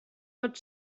pot